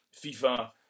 FIFA